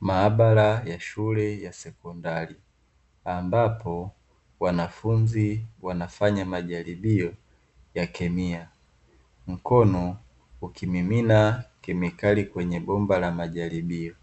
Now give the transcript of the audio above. Maabara ya shule ya sekondari ambapo wanafunzi wanafanya majaribio ya kemia, mkono ukimimina kemikali kwenye bomba la majaribio,